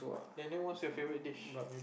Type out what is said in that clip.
and then what's your favourite dish